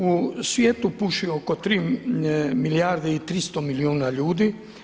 U svijetu puši oko 3 milijarde i 300 milijuna ljudi.